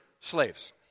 slaves